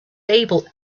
able